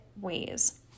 ways